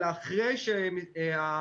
אלא אחרי שעמיגור,